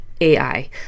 AI